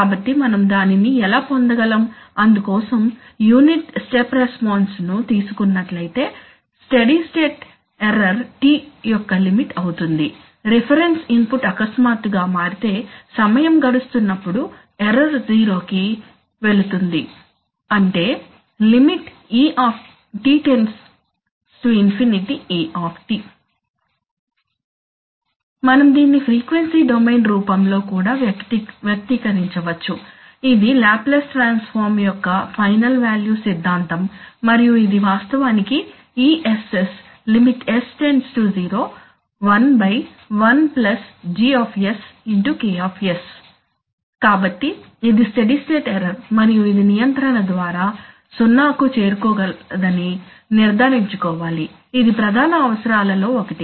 కాబట్టి మనం దానిని ఎలా పొందగలం అందుకోసం యూనిట్ స్టెప్ రెస్పాన్స్ ను తీసుకునట్లైతే స్టెడీ స్టేట్ ఎర్రర్ T యొక్క లిమిట్ అవుతుంది రిఫరెన్స్ ఇన్పుట్ అకస్మాత్తుగా మారితే సమయం గడుస్తున్నపుడు ఎర్రర్ 0 కి వెళుతుంది అంటే మనం దీన్ని ఫ్రీక్వెన్సీ డొమైన్ రూపంలో కూడా వ్యక్తీకరించవచ్చు ఇది లాప్లేస్ ట్రాన్సఫామ్ యొక్క ఫైనల్ వాల్యూ సిద్ధాంతం మరియు ఇది వాస్తవానికి ess Lim s→0 11GK కాబట్టి ఇది స్టెడీ స్టేట్ ఎర్రర్ మరియు ఇది నియంత్రణ ద్వారా సున్నాకు చేరుకోగలదని నిర్ధారించుకోవాలి ఇది ప్రధాన అవసరాలలో ఒకటి